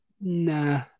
nah